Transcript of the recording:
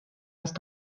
ist